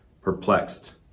perplexed